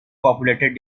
populated